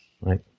Right